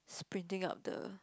sprinting up the